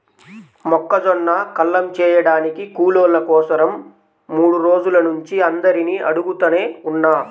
మొక్కజొన్న కల్లం చేయడానికి కూలోళ్ళ కోసరం మూడు రోజుల నుంచి అందరినీ అడుగుతనే ఉన్నా